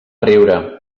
riure